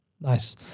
Nice